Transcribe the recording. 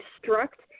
construct